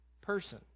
person